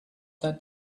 that